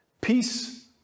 Peace